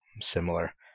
Similar